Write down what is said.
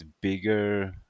bigger